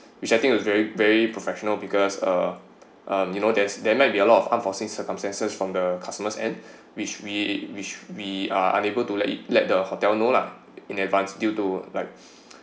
which I think is very very professional because uh um you know there's there might be a lot of unforeseen circumstances from the customers end which we which we are unable to let yo~ let the hotel know lah in advanced due to like